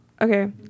Okay